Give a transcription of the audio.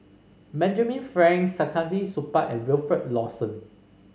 Benjamin Frank Saktiandi Supaat and Wilfed Lawson